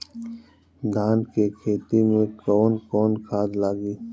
धान के खेती में कवन कवन खाद लागी?